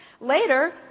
later